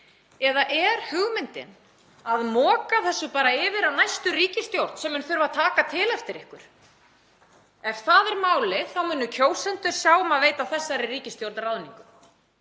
Eða er hugmyndin að moka þessu bara yfir á næstu ríkisstjórn sem mun þurfa að taka til eftir ykkur? Ef það er málið þá munu kjósendur sjá um að veita þessari ríkisstjórn ráðningu